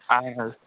اَدٕ حظ